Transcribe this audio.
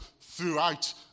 throughout